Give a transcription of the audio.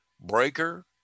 Breaker